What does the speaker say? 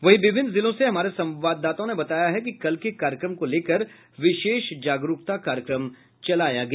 वहीं विभिन्न जिलों से हमारे संवाददाताओं ने बताया है कि कल के कार्यक्रम को लेकर विशेष जागरूकता कार्यक्रम चलाया गया